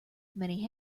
many